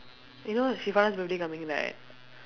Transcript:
eh you know that birthday coming right